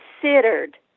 considered